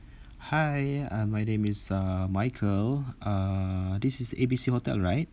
hi uh my name is uh michael uh this is A B C hotel right